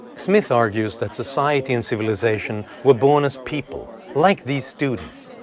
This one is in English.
smith argues that society and civilization were born as people, like these students,